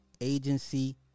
agency